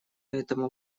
этому